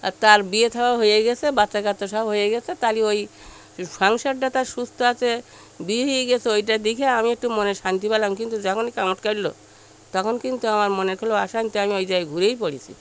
আর তার বিয়ে থাও হয়ে গিয়েছে বাচ্চা কাচ্চা সব হয়ে গিয়েছে তাই ওই ফাংশনটা তার সুস্থ আছে বিয়ে হয়ে গিয়েছে ওটা দেখে আমি একটু মনে শান্তি পেলাম কিন্তু যখনই কামড় কাটল তখন কিন্তু আমার মনে কোনো অশান্তি আমি ওই জায়গায় ঘুরেই পড়েছি